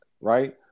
right